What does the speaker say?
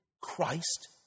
Christ